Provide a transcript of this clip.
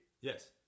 Yes